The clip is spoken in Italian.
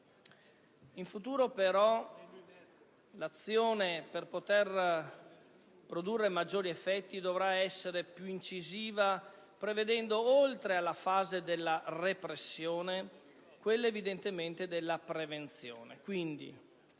In futuro però l'azione, per poter produrre maggiori effetti, dovrà essere più incisiva, prevedendo, oltre alla fase della repressione, anche quella della prevenzione.